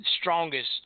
strongest